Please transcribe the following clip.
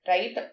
Right